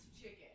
Chicken